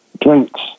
drinks